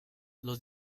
los